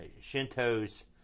Shinto's